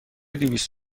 دویست